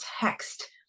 text